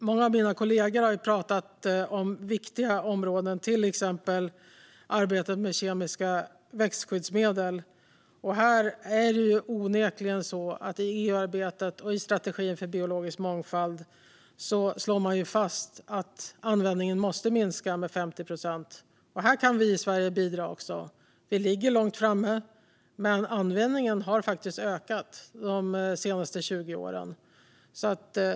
Många av mina kollegor har talat om viktiga områden, till exempel arbetet med kemiska växtskyddsmedel. Här slår man i EU-arbetet och i strategin för biologisk mångfald fast att användningen måste minska med 50 procent. Här kan vi i Sverige bidra också. Vi ligger långt fram, men användningen har faktiskt ökat de senaste 20 åren.